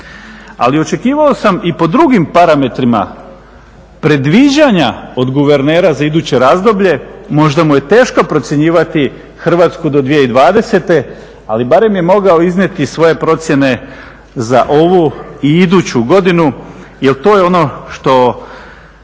Ali očekivao sam i po drugim parametrima predviđanja od guvernera za iduće razdoblje, možda mu je teško procjenjivati Hrvatsku do 2020. ali barem je mogao iznijeti svoje procjene za ovu i iduću godinu jer to je ono što